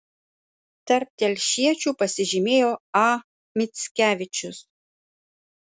tarp telšiečių pasižymėjo a mickevičius